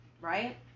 right